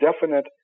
definite